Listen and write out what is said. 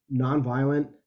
nonviolent